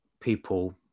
people